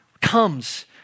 comes